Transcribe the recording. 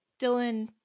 Dylan